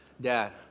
Dad